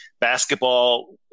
Basketball